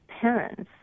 parents